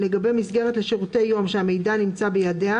לגבי מסגרת לשירותי יום שהמידע נמצא בידיה